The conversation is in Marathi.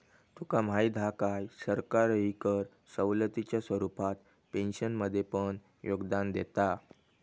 तुका माहीत हा काय, सरकारही कर सवलतीच्या स्वरूपात पेन्शनमध्ये पण योगदान देता